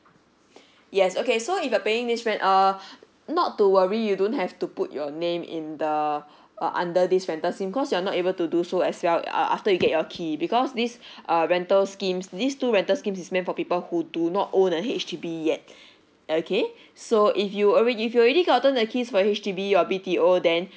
yes okay so if you're paying this rent err not to worry you don't have to put your name in the uh under this rental scheme cause you're not able to do so as well uh after you get your key because this err rental schemes these two rental scheme is meant for people who do not own a H_D_B yet okay so if you alr~ if you already gotten the keys from H_D_B your B_T_O then